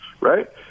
right